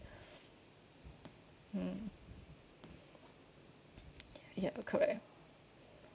mm ya correct